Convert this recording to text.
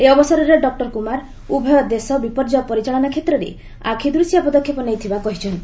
ଏହି ଅବସରରେ ଡକୁର କୁମାର ଉଭୟ ଦେଶ ବିପର୍ଯ୍ୟୟ ପରିଚାଳନା କ୍ଷେତ୍ରରେ ଆଖିଦୂଶିଆ ପଦକ୍ଷେପ ନେଇଥିବା କହିଛନ୍ତି